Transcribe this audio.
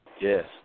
Yes